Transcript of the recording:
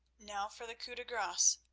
now for the coup de grace,